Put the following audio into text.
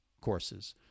courses